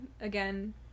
again